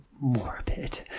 morbid